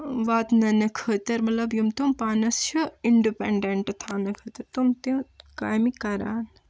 واتناونہٕ خٲطرٕ مطلب یِم تٔم پانس چھِ انڈِپنڑنٹ تھاونہِ خٲطرٕ تم تہِ کامہِ کَران